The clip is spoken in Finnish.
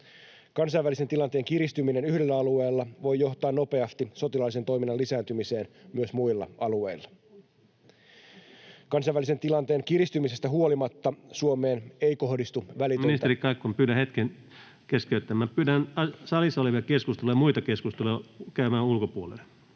Kansainvälisen tilanteen kiristyminen yhdellä alueella voi johtaa nopeasti sotilaallisen toiminnan lisääntymiseen myös muilla alueilla. Kansainvälisen tilanteen kiristymisestä huolimatta Suomeen ei kohdistu välitöntä... Kiitos! — Kansainvälisen tilanteen kiristymisestä huolimatta Suomeen